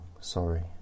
sorry